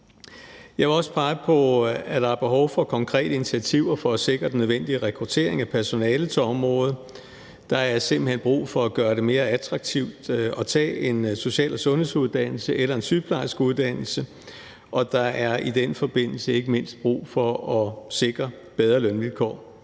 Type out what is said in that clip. Jeg vil også pege på, at der er behov for konkrete initiativer for at sikre den nødvendige rekruttering af personale til området. Der er simpelt hen brug for at gøre det mere attraktivt at tage en social- og sundhedsuddannelse eller en sygeplejerskeuddannelse, og der er i den forbindelse ikke mindst brug for at sikre bedre lønvilkår.